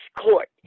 Court